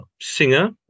singer